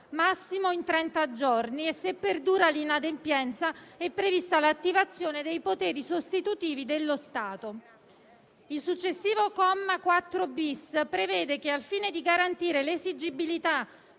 (massimo in trenta giorni) e, se perdura l'inadempienza, è prevista l'attivazione dei poteri sostitutivi dello Stato. Il successivo comma 4-*bis* prevede che al fine di garantire l'esigibilità